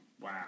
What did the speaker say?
Wow